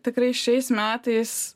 tikrai šiais metais